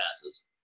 passes